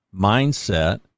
mindset